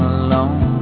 alone